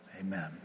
amen